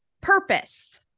purpose